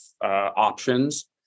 options